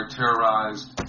terrorized